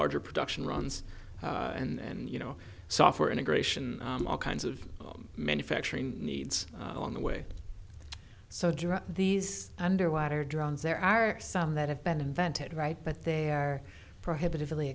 larger production runs and you know software integration all kinds of manufacturing needs along the way so dr these underwater drones there are some that have been invented right but they're prohibitively